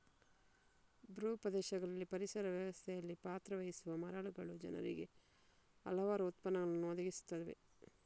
ಭೂ ಪ್ರದೇಶಗಳಲ್ಲಿ ಪರಿಸರ ವ್ಯವಸ್ಥೆಯಲ್ಲಿ ಪಾತ್ರ ವಹಿಸುವ ಮರಗಳು ಜನರಿಗೆ ಹಲವಾರು ಉತ್ಪನ್ನಗಳನ್ನು ಒದಗಿಸುತ್ತವೆ